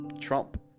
Trump